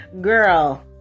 Girl